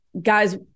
guys